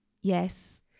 Yes